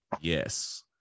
Yes